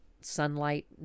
sunlight